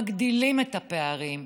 מגדילים את הפערים.